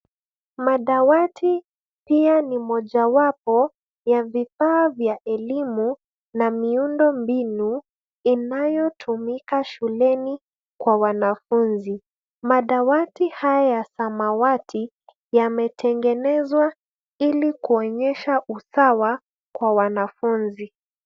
Madawati pia ni mojawapo ya vifaa vya elimu na miundombinu inayotumika shuleni kwa wanafunzi. Madawati haya ya samawati yametengenezwa hili kuonyesha usawa kwa wanafunzi.